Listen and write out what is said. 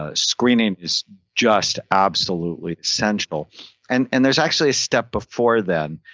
ah screening is just absolutely essential and and there's actually a step before that.